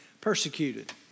persecuted